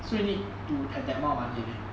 so you need to have that amount of money I think